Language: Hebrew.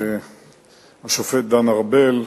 השופט דן ארבל,